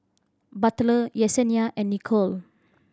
Butler Yesenia and Nichole